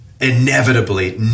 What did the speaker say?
Inevitably